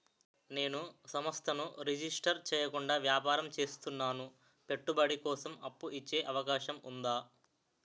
నేను సంస్థను రిజిస్టర్ చేయకుండా వ్యాపారం చేస్తున్నాను పెట్టుబడి కోసం అప్పు ఇచ్చే అవకాశం ఉందా?